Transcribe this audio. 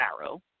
Arrow